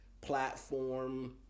platform